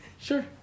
Sure